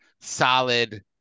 solid